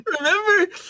remember